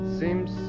seems